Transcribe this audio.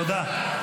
תודה.